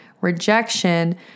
rejection